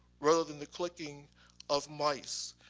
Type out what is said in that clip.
rather than the clicking of mice.